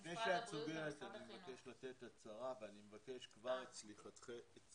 אני מבקש לתת הצהרה ואני מבקש כבר את סליחתך,